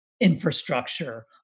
infrastructure